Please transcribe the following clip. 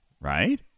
right